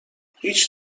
هیچ